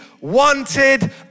wanted